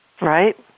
Right